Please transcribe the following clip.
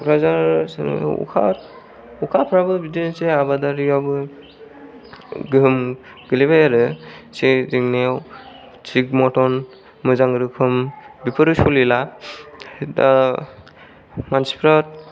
क'क्राझार सोहोराव अखा अखाफ्राबो बिदिनोसै आबादारियावबो गोहोम गोलैबाय आरो एसे जेंनायाव थिग मथन मोजां रोखोम बेफोरो सोलिला दा मानसिफ्रा